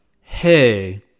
hey